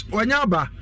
Wanyaba